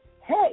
hey